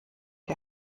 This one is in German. der